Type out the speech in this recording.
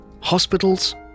hospitals